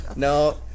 No